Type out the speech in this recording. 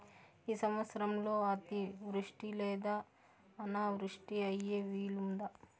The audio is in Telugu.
ఈ సంవత్సరంలో అతివృష్టి లేదా అనావృష్టి అయ్యే వీలుందా?